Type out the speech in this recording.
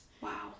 Wow